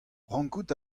rankout